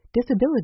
Disability